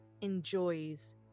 enjoys